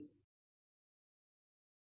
Glossary of words சொற்களஞ்சியம்